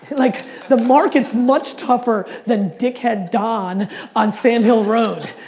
like the market's much tougher than dickhead don on sandhill road.